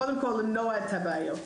קודם כל, למנוע את הבעיות.